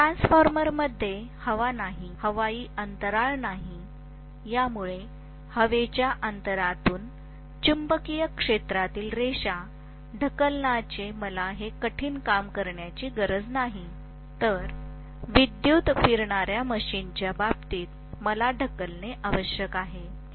ट्रान्सफॉर्मरमध्ये हवा नाही हवाई अंतराळ नाही यामुळे हवेच्या अंतरातून चुंबकीय क्षेत्रातील रेषा ढकलण्याचे मला हे कठीण काम करण्याची गरज नाही तर विद्युत फिरणाऱ्या मशीनच्या बाबतीत मला ढकलणे आवश्यक आहे